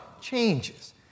changes